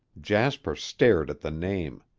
jasper stared at the name.